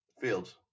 Fields